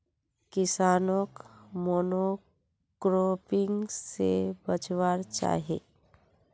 किसानोक मोनोक्रॉपिंग से बचवार चाही